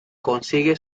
consigue